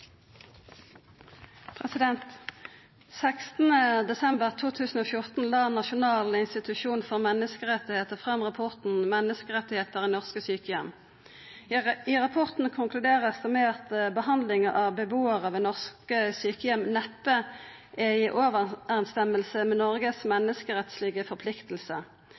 Den 16. desember 2014 la Nasjonal institusjon for menneskerettigheter fram rapporten Menneskerettigheter i norske sykehjem. Rapporten konkluderer med at «behandlingen i norske sykehjem neppe er i overensstemmelse med Norges menneskerettslige forpliktelser».